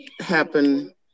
happen